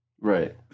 Right